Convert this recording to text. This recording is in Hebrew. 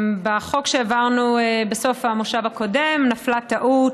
בחוק שהעברנו בסוף המושב הקודם נפלה טעות.